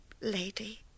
lady